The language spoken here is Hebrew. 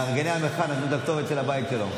מארגני המחאה נתנו את הכתובת של הבית שלו,